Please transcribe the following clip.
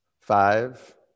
Five